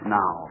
now